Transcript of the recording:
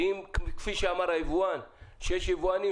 ואם כפי שאמר היבואן שיש יבואנים